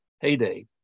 heyday